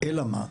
אלא מה,